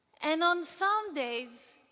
and, on some days,